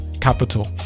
capital